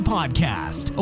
Podcast